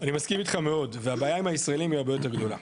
אני מסכים איתך מאוד והבעיה עם הישראלים היא הרבה יותר גדולה,